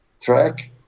track